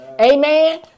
Amen